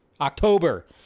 October